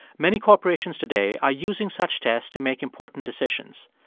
many corporations today are using such tests to make important decisions.